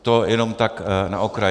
To jenom tak na okraj.